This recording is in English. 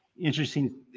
interesting